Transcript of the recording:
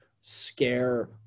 scare